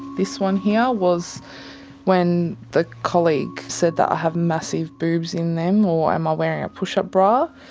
this one here was when the colleague said that i have massive boobs in them, or am i wearing a push up bra.